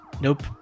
Nope